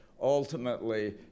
Ultimately